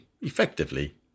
effectively